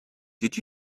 did